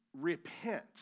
repent